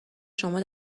شما